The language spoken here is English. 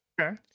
Okay